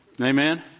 Amen